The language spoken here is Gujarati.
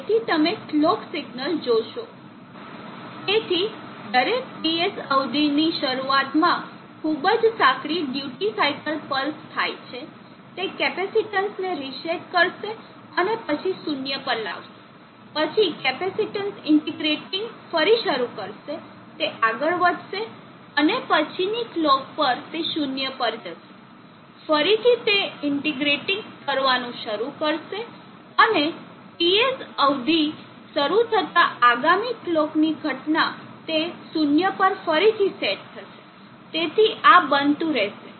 તેથી તમે કલોક સિગ્નલ જોશો તેથી દરેક TS અવધિની શરૂઆતમાં ખૂબ જ સાંકડી ડ્યુટી સાઇકલ પલ્સ થાય છે તે કેપેસિટીન્સને રીસેટ કરશે અને પછી શૂન્ય પર લાવશે પછી કેપેસિટીન્સ ઇન્ટિગ્રેટીંગ ફરી શરૂ કરશે તે આગળ વધશે અને પછીની કલોક પર તે શૂન્ય પર જશે ફરીથી તે ઇન્ટિગ્રેટીંગ કરવાનું શરૂ કરશે અને TS અવધિ શરૂ થતાં આગામી કલોકની ઘટના તે શૂન્ય પર ફરીથી સેટ થશે તેથી આ બનતું રહેશે